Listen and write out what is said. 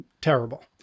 terrible